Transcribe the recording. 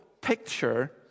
picture